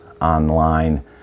online